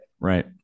right